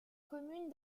commune